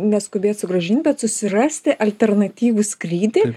neskubėt sugrąžint bet susirasti alternatyvų skrydį